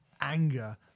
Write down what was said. anger